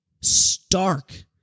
stark